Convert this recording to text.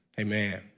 amen